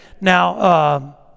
Now